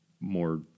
more